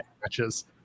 matches